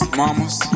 mamas